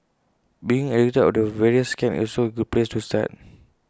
being educated of the various scams is also A good place to start